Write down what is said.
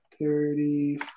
thirty